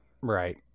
right